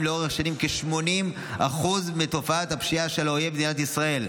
לאורך השנים כ-80% מתופעת הפשיעה של האויב במדינת ישראל.